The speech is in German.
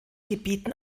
gebieten